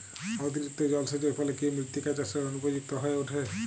অতিরিক্ত জলসেচের ফলে কি মৃত্তিকা চাষের অনুপযুক্ত হয়ে ওঠে?